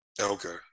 Okay